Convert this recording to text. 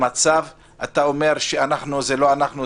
אתה אומר שזה לא אתם,